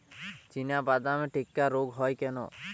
চিনাবাদাম টিক্কা রোগ হয় কেন?